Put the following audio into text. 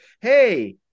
Hey